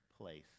place